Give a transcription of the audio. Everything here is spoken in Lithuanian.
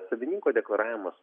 savininko deklaravimas